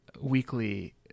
weekly